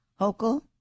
Hochul